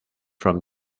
from